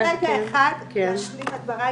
תני לי רגע אחד להשלים את דבריי,